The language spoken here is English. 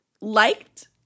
liked